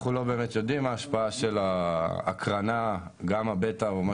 אנחנו לא באמת יודעים מה ההשפעה של ההקרנה על החומר.